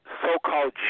So-called